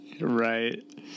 Right